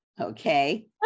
Okay